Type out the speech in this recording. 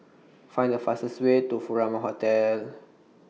Find The fastest Way to Furama Hotel